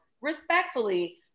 respectfully